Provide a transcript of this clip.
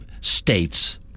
states